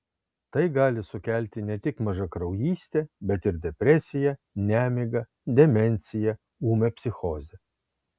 tai gali sukelti ne tik mažakraujystę bet ir depresiją nemigą demenciją ūmią psichozę